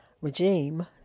regime